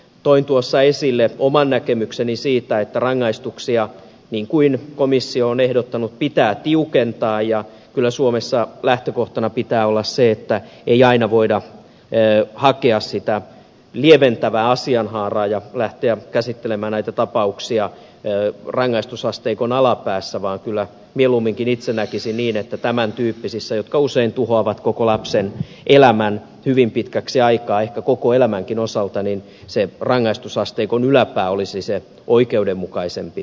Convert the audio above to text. toin tuossa esille oman näkemykseni siitä että rangaistuksia niin kuin komissio on ehdottanut pitää tiukentaa ja kyllä suomessa lähtökohtana pitää olla se että ei aina voida hakea sitä lieventävää asianhaaraa ja lähteä käsittelemään näitä tapauksia rangaistusasteikon alapäässä vaan kyllä mieluummin itse näkisin niin että tämän tyyppisissä tapauksissa jotka usein tuhoavat lapsen elämän hyvin pitkäksi aikaa ehkä koko elämänkin osalta se rangaistusasteikon yläpää olisi se oikeudenmukaisempi kohta